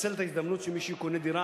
לנצל את ההזדמנות שמי שקונה דירה,